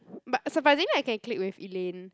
but surprisingly I can click with Elane